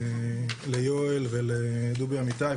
ליואל ולדובי אמיתי,